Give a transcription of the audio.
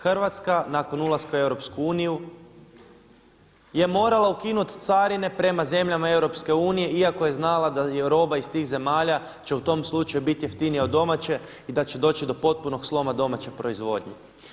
Hrvatska nakon ulaska u EU je morala ukinut carine prema zemljama EU iako je znala da je roba iz tih zemalja će u tom slučaju biti jeftinija od domaće i da će doći do potpunog sloma domaće proizvodnje.